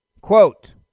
Quote